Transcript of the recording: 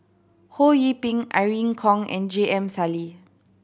Ho Yee Ping Irene Khong and J M Sali